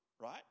Right